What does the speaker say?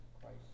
Christ